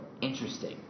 interesting